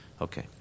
Okay